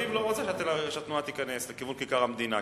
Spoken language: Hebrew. תל-אביב לא רוצה שהתנועה תיכנס לכיוון כיכר המדינה.